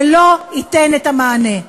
זה לא ייתן את המענה.